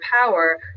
power